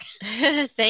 Thank